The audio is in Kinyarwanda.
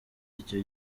icyo